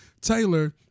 Taylor